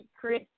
Chris